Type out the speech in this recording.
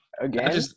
again